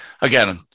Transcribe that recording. again